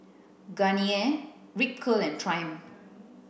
Garnier Ripcurl Triumph